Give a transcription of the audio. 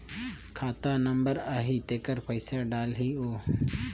खाता नंबर आही तेकर पइसा डलहीओ?